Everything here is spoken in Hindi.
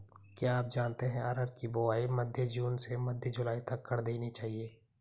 क्या आप जानते है अरहर की बोआई मध्य जून से मध्य जुलाई तक कर देनी चाहिये?